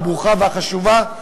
הברוכה והחשובה,